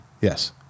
Yes